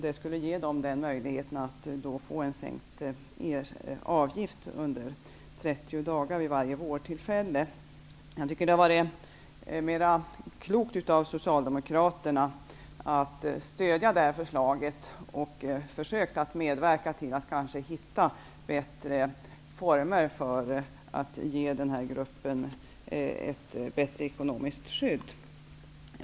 Det skulle ge dem möjlighet att få sänkt avgift under 30 dagar vid varje vårdtillfälle. Det hade varit mera klokt av Socialdemokraterna att stödja vårt förslag och att försöka medverka till att hitta bättre former för att ge denna grupp ett bättre ekonomiskt skydd.